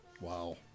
Wow